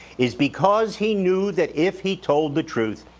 is because he knew that if he told the truth,